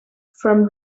from